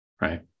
right